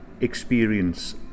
experience